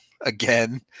again